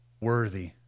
worthy